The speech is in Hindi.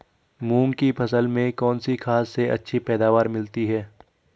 मूंग की फसल में कौनसी खाद से अच्छी पैदावार मिलती है?